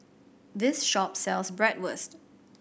this shop sells Bratwurst